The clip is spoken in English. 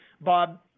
Bob